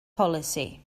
polisi